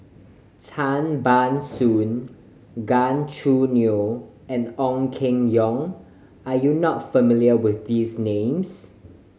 Tan Ban Soon Gan Choo Neo and Ong Keng Yong are you not familiar with these names